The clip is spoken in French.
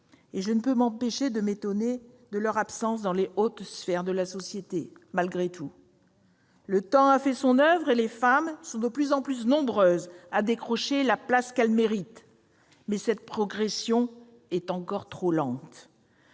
Je ne peux m'empêcher, malgré tout, de m'étonner de leur absence dans les plus hautes sphères de notre société. Le temps a fait son oeuvre et les femmes sont de plus en plus nombreuses à décrocher la place qu'elles méritent, mais cette progression est encore trop lente.